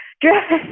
dress